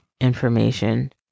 information